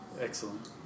excellent